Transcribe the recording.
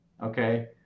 okay